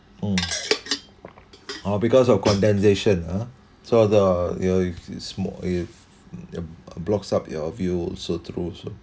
mm oh because of condensation ah so it uh blocks up your view so true also